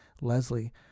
Leslie